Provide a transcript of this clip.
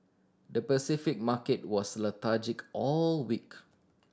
the Pacific market was lethargic all week